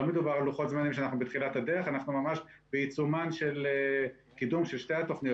אנחנו ממש בעיצומו של קידום שתי התוכניות